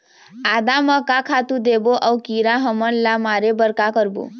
आदा म का खातू देबो अऊ कीरा हमन ला मारे बर का करबो?